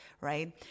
right